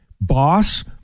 boss